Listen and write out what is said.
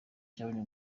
cyabonye